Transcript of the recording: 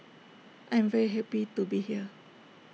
I am very happy to be here